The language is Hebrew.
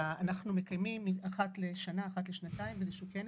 אנחנו מקיימים אחת לשנה או שנתיים כנס